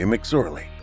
McSorley